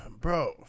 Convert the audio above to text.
bro